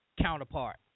counterpart